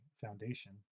foundation